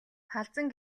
халзан